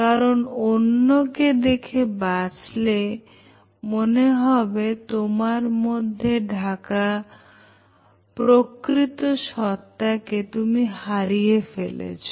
কারণ অন্যকে দেখে বাঁচলে মনে হবে তোমার মধ্যে ঢাকা প্রকৃত সত্তাকে তুমি হারিয়ে ফেলেছ